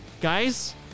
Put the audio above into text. guys